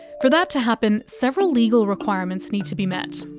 for that to happen, several legal requirements need to be met.